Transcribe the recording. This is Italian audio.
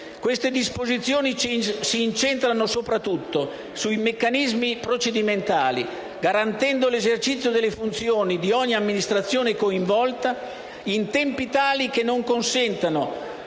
Queste disposizioni si incentrano soprattutto sui meccanismi procedimentali, garantendo l'esercizio delle funzioni di ogni amministrazione coinvolta in tempi tali che non consentano